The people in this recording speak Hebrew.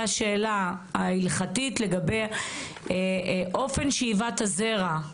השאלה ההלכתית לגבי אופן שאיבת הזרע.